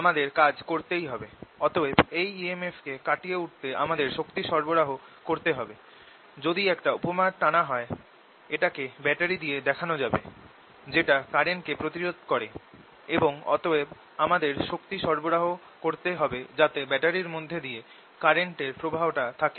আমাদের কাজ করতেই হবে অতএব এই EMF কে কাটিয়ে উঠতে আমাদের শক্তি সরবরাহ করতে হবে যদি একটা উপমা টানা হয় এটা কে ব্যাটারি দিয়ে দেখানো যাবে যেটা কারেন্টকে প্রতিরোধ করে এবং অতএব আমাদের শক্তি সরবরাহ করতে হবে যাতে ব্যাটারির মধ্যে দিয়ে কারেন্ট এর প্রবাহটা থাকে